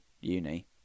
uni